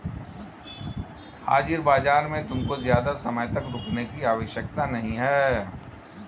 हाजिर बाजार में तुमको ज़्यादा समय तक रुकने की आवश्यकता नहीं है